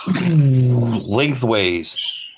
Lengthways